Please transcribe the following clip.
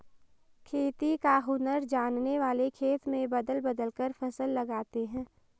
खेती का हुनर जानने वाले खेत में बदल बदल कर फसल लगाते हैं